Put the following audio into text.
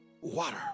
water